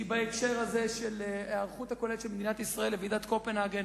כי בהקשר הזה של ההיערכות הכוללת של מדינת ישראל לוועידת קופנהגן,